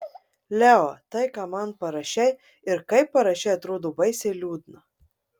leo tai ką man parašei ir kaip parašei atrodo baisiai liūdna